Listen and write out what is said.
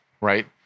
right